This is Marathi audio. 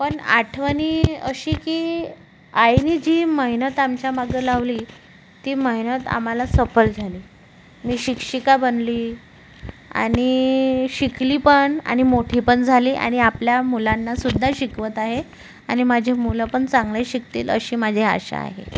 पण आठवणी अशी की आईनी जी मेहनत आमच्या मागं लावली ती मेहनत आम्हाला सफल झाली मी शिक्षिका बनली आणि शिकली पण आणि मोठी पण झाली आणि आपल्या मुलांनासुद्धा शिकवत आहे आणि माझी मुलं पण चांगले शिकतील अशी माझी आशा आहे